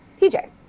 PJ